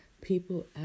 people